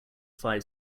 five